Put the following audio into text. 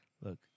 look